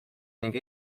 ning